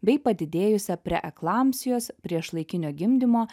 bei padidėjusia preeklampsijos priešlaikinio gimdymo